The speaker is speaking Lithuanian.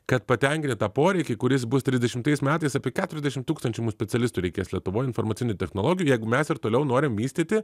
kad patenkinti tą poreikį kuris bus trisdešimtais metais apie keturiasdešim tūkstančių mums specialistų reikės lietuvoj informacinių technologijų jeigu mes ir toliau norim vystyti